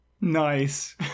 Nice